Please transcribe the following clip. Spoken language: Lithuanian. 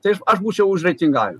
tai aš aš būčiau už reitingavimą